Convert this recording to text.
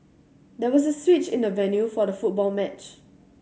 there was a switch in the venue for the football match